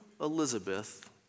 Elizabeth